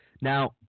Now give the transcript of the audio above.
Now